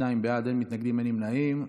שניים בעד, אין מתנגדים, אין נמנעים.